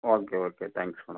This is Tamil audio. O okay okay thanks madam